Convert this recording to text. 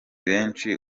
benshi